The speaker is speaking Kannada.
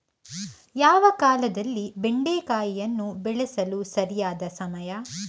ಯಾವ ಕಾಲದಲ್ಲಿ ಬೆಂಡೆಕಾಯಿಯನ್ನು ಬೆಳೆಸಲು ಸರಿಯಾದ ಸಮಯ?